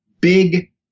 big